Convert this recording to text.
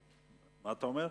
התחלפנו.